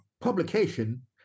publication